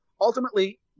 ultimately